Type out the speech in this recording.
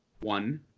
one